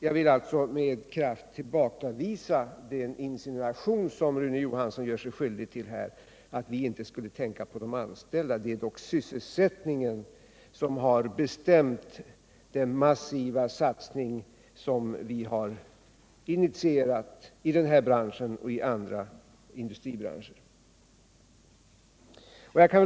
Jag vill alltså med kraft tillbakavisa den insinuation som Rune Johansson gör sig skyldig till, att vi inte skulle tänka på de anställda. Det är 133 dock sysselsättningen som har bestämt den massiva satsning som vi har initierat i den här branschen och i andra industribranscher.